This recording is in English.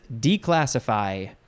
declassify